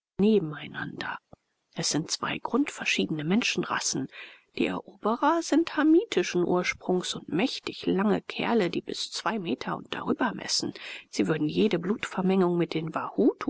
nebeneinander es sind zwei grundverschiedene menschenrassen die eroberer sind hamitischen ursprungs und mächtig lange kerle die bis zwei meter und darüber messen sie würden jede blutvermengung mit den